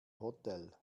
hotel